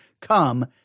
Come